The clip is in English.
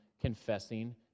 confessing